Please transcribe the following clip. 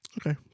Okay